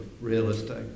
realistic